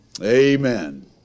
amen